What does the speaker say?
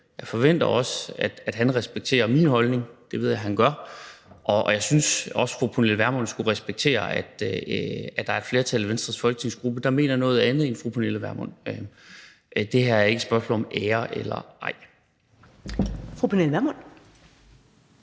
Jeg forventer også, at han respekterer min holdning – det ved jeg han gør – og jeg synes også, at fru Pernille Vermund skulle respektere, at der er et flertal i Venstres folketingsgruppe, der mener noget andet end fru Pernille Vermund. Det her er ikke et spørgsmål om ære eller ej.